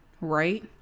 right